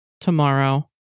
tomorrow